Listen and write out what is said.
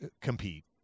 Compete